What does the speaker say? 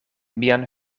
mian